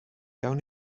gawn